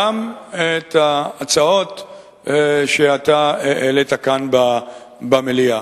גם את ההצעות שאתה העלית כאן במליאה.